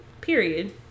period